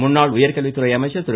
முன்னாள் உயர்கல்வித்துறை அமைச்சர் திரு